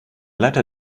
leiter